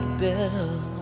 better